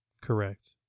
Correct